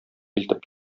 илтеп